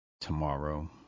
Tomorrow